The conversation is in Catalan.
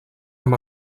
amb